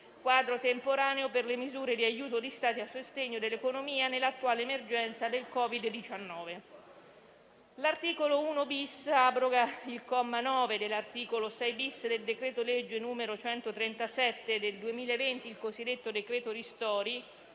«Quadro temporaneo per le misure di aiuto di Stato a sostegno dell'economia nell'attuale emergenza del Covid-19». L'articolo 1-*bis* abroga il comma 9 dell'articolo 6-*bis* del decreto legge n. 137 del 2020 (decreto-legge ristori),